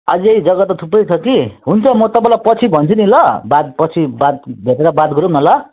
अझै जग्गा त थुप्रै छ कि हुन्छ म तपाईँलाई पछि भन्छु नि ल बाद पछि बाद भेटेर बात गरौँ न ल